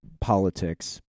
politics